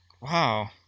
Wow